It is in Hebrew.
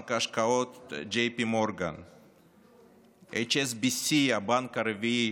בנק ההשקעות J.P. Morgan, הבנק הרביעי